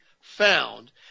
found